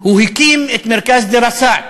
הוא הקים את מרכז "דיראסאת",